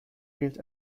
gilt